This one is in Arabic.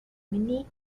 مني